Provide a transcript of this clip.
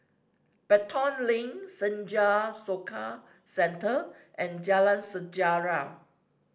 Pelton Link Senja Soka Centre and Jalan Sejarah